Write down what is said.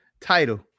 title